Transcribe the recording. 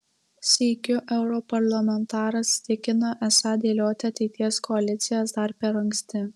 sykiu europarlamentaras tikina esą dėlioti ateities koalicijas dar per anksti